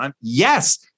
Yes